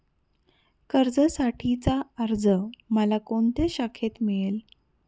कर्जासाठीचा अर्ज मला कोणत्या शाखेत मिळेल?